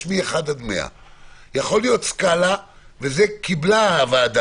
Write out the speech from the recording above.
יש מ-1 עד 100. יכולה להיות סקאלה ואת זה קיבלה הוועדה,